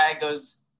goes